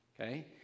okay